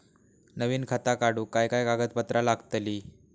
नवीन खाता काढूक काय काय कागदपत्रा लागतली?